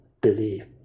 believe